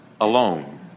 alone